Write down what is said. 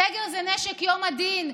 סגר זה נשק יום הדין.